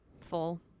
full